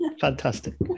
Fantastic